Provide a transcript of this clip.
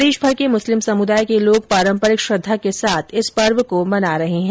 प्रदेशभर के मुस्लिम समुदाय के लोग पारम्परिक श्रद्धा के साथ इस पर्व को मना रहे है